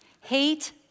Hate